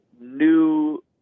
new